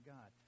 God